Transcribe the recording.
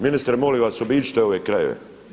Ministre molim vas, obiđite ove krajeve.